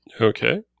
Okay